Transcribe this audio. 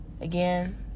Again